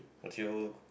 would you